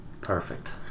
Perfect